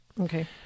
Okay